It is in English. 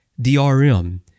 DRM